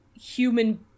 human